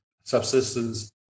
subsistence